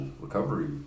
Recovery